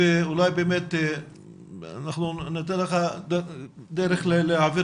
אולי באמת אנחנו ניתן לך דרך להעביר